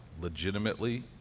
legitimately